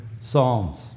Psalms